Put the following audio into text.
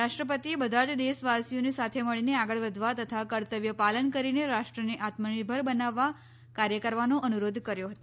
રાષ્ટ્રપતિએ બધા જ દેશવાસીઓને સાથે મળીને આગળ વધવા તથા કર્તવ્યપાલન કરીને રાષ્ટ્રને આત્મનિર્ભર બનાવવા કાર્ય કરવાનો અનુરોધ કર્યો હતો